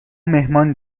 مهمان